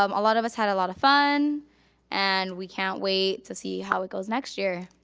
um a lot of us had a lot of fun and we can't wait to see how it goes next year.